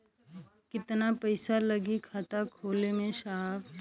कितना पइसा लागि खाता खोले में साहब?